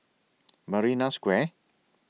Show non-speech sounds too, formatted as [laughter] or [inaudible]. [noise] Marina Square